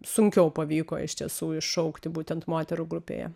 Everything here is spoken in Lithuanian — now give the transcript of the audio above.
sunkiau pavyko iš tiesų iššaukti būtent moterų grupėje